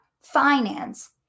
finance